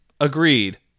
Agreed